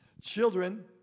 Children